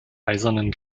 eisernen